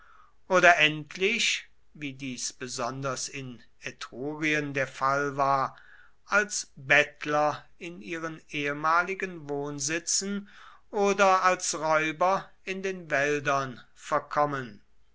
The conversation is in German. oder endlich wie dies besonders in etrurien der fall war als bettler in ihren ehemaligen wohnsitzen oder als räuber in den wäldern verkommen